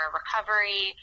recovery